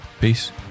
Peace